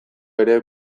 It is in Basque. ere